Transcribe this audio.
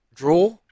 Draw